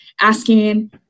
asking